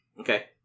Okay